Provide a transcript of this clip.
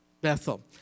Bethel